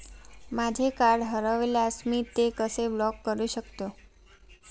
माझे कार्ड हरवल्यास मी ते कसे ब्लॉक करु शकतो?